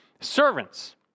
servants